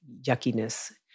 yuckiness